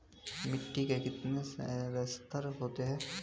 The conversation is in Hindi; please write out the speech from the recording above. मिट्टी के कितने संस्तर होते हैं?